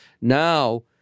now